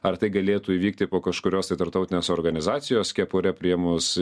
ar tai galėtų įvykti po kažkurios tai tarptautinės organizacijos kepure priėmus